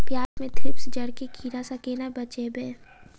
प्याज मे थ्रिप्स जड़ केँ कीड़ा सँ केना बचेबै?